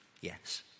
yes